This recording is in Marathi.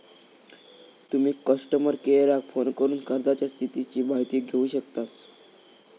तुम्ही कस्टमर केयराक फोन करून कर्जाच्या स्थितीची माहिती घेउ शकतास